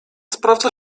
sprawdza